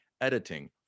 editing